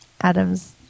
Adam's